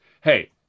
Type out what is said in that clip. hey